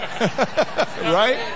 Right